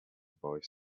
boy